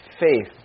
faith